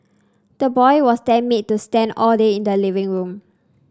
the boy was then made to stand all day in the living room